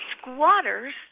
squatters